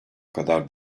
kadar